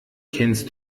kennst